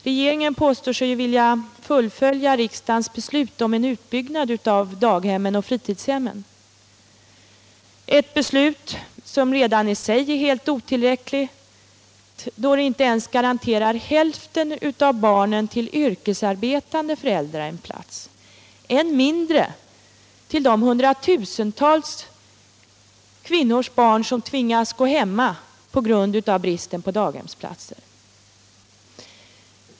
Regeringen påstår sig vilja fullfölja riksdagens beslut om en utbyggnad av daghemmen och fritidshemmen, ett beslut som redan i sig är helt otillräckligt, då det inte garanterar ens hälften av barnen till yrkesarbetande föräldrar en plats —- än mindre barnen till de hundratusentals kvinnor som tvingas gå hemma på grund av bristen på daghemsplatser.